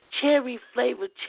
cherry-flavored